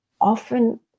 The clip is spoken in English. often